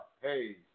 Hey